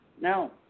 No